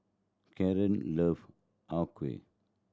Caron love Har Kow